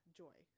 joy